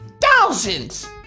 thousands